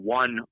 one